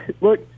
look